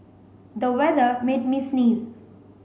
the weather made me sneeze